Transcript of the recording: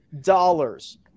dollars